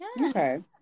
okay